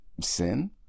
sin